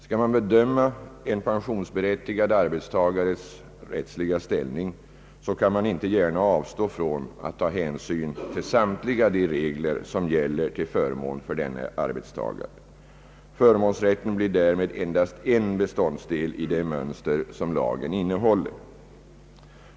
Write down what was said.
Skall man bedöma en pensionsberättigad arbetstagares rättsliga ställning, kan man inte gärna avstå från att ta hänsyn till samtliga de regler som gäller till förmån för denne arbetstagare. Förmånsrätten blir därmed endast en beståndsdel i det mönster som lagen innehåller.